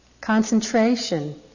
Concentration